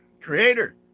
creator